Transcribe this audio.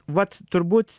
vat turbūt